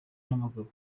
n’abagabo